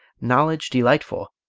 knowledge delightful,